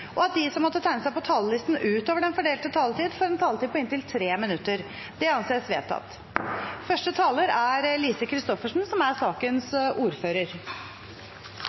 og at de som måtte tegne seg på talerlisten utover den fordelte taletid, får en taletid på inntil 3 minutter. – Det anses vedtatt.